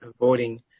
avoiding